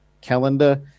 calendar